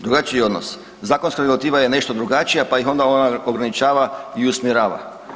Drugačiji je odnos, zakonska regulativa je nešto drugačija pa ih onda ona ograničava i usmjerava.